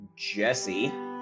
Jesse